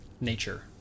Nature